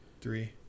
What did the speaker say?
three